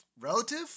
relative